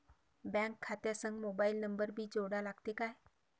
Bank खात्या संग mobile number भी जोडा लागते काय?